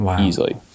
easily